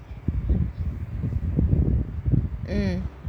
mm